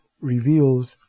reveals